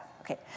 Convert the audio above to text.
Okay